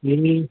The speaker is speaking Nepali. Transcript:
ए